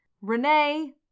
Renee